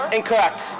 Incorrect